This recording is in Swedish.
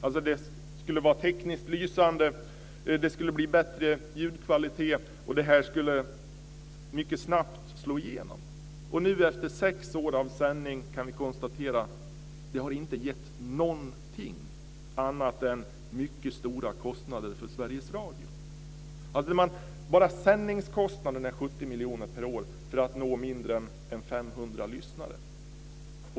Det skulle vara tekniskt lysande, det skulle bli bättre ljudkvalitet och det skulle slå igenom snabbt. Efter sex års sändningar kan vi konstatera att det inte har gett någonting annat än mycket stora kostnader för Sveriges Radio. Bara sändningskostnaden är 70 miljoner per år för att nå mindre än 500 lyssnare.